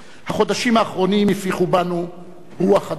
החודשים האחרונים הפיחו בנו רוח חדשה.